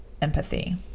empathy